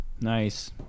nice